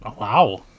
Wow